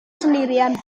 sendirian